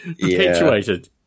perpetuated